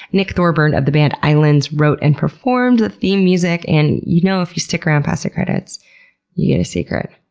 nick thorburn of the band islands wrote and performed the theme music. and you know if you stick around past the credits you get a secret.